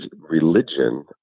religion